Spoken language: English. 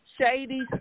shady